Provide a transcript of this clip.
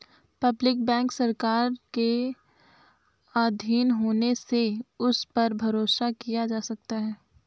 public bank सरकार के आधीन होने से उस पर भरोसा किया जा सकता है